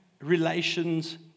relations